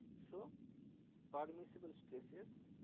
so permissible stresses